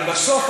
אבל בסוף,